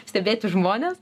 stebėti žmones